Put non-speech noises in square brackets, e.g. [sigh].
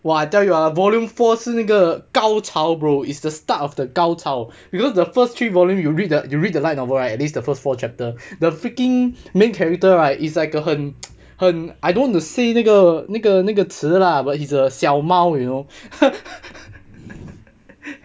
!wah! I tell you ah volume four 是那个高潮 bro it's the start of the 高潮 because the first three volume you read the you read the light novel right at least the first four chapter the freaking main character right it's like a 很 [noise] 很 I don't want to say 那个那个那个词 lah but he's a 小猫 you know